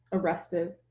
arrested,